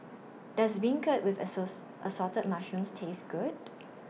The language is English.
Does Beancurd with Assorted Mushrooms Taste Good